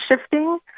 shifting